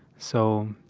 so,